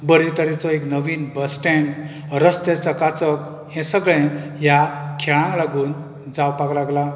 बरे तरेचो एक नवीन बसटँड रस्ते चकाचक हें सगळें ह्या खेळांग लागून जावपाक लागलां